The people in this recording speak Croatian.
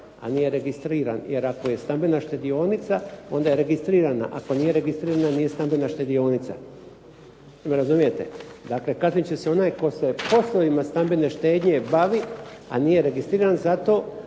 a nije registriran, jer ako je stambena štedionica, onda je registrirana, ako nije registrirana nije stambena štedionica. Je li me razumijete? Dakle, kaznit će se onaj tko se poslovima stambene štednje bavi, a nije registriran za